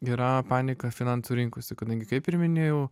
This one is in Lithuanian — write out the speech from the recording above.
yra panika finansų rinkose kadangi kaip ir minėjau